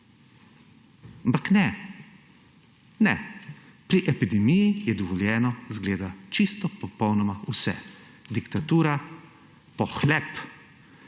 Ampak ne ne, pri epidemiji je dovoljeno, izgleda, čisto popolnoma vse, diktatura, pohlep,